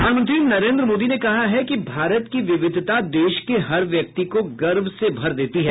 प्रधानमंत्री नरेन्द्र मोदी ने कहा है कि भारत की विविधता देश के हर व्यक्ति को गर्व से भर देती है